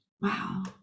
wow